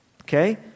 okay